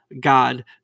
god